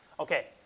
Okay